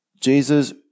Jesus